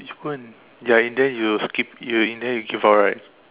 which one ya in the end you skip you in the end you give up right